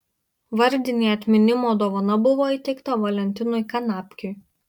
vardinė atminimo dovana buvo įteikta valentinui kanapkiui